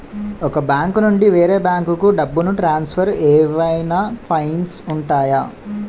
ఒక బ్యాంకు నుండి వేరే బ్యాంకుకు డబ్బును ట్రాన్సఫర్ ఏవైనా ఫైన్స్ ఉంటాయా?